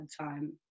time